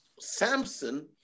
Samson